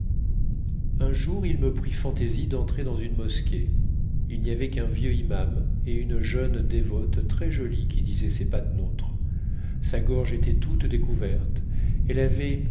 un jour il me prit fantaisie d'entrer dans une mosquée il n'y avait qu'un vieux iman et une jeune dévote très jolie qui disait ses patenôtres sa gorge était toute découverte elle avait